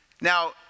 Now